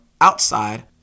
outside